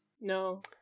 No